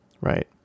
Right